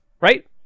Right